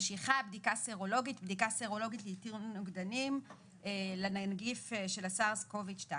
"בדיקה סרולוגית" בדיקה סרולוגית לאיתור נוגדנים ל- SARS-CoV2;